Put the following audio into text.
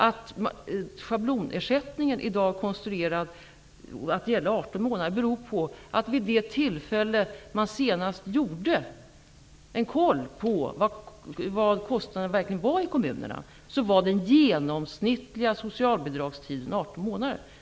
Att schablonersättningen i dag är konstruerad att gälla under 18 månader beror på att man vid det tillfälle det senast gjordes en kontroll av vilka kostnaderna var i kommunerna fann att den genomsnittliga socialbidragstiden var 18 månader.